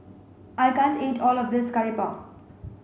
I can't eat all of this curry puff